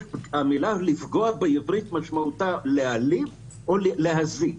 המשמעות של המילה "לפגוע" בעברית היא להעליב או להזיק.